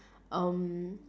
um